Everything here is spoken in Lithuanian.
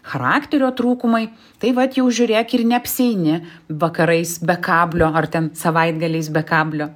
charakterio trūkumai tai vat jau žiūrėk ir neapsieini vakarais be kablio ar ten savaitgaliais be kablio